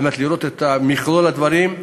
על מנת לראות את מכלול הדברים,